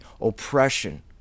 oppression